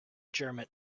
german